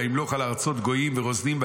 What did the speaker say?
וימלוך על ארצות גויים ורוזנים,